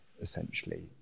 essentially